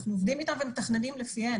אנחנו עובדים איתן ומתכננים לפיהן.